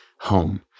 home